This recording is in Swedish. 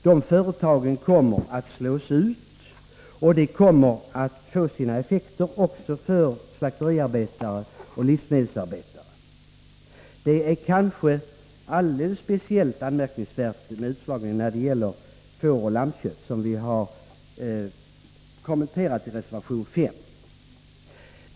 De företagen kommer att slås ut, och det kommer att få sina effekter också för slakteriarbetare och livsmedelsarbetare. Det är alldeles speciellt anmärkningsvärt med utslagningar när det gäller fårköttsoch lammköttsproduktionen, som vi kommenterar i reservation 5.